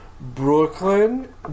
Brooklyn